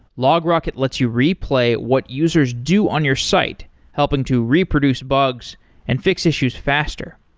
logrocket lets you replay what users do on your site helping to reproduce bugs and fix issues faster.